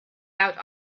out